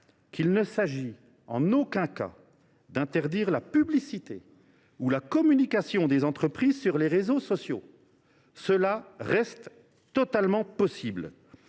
qu’il ne s’agit en aucun cas d’interdire la publicité ou la communication des entreprises sur les réseaux sociaux, qui resteront possibles.